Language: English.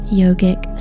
yogic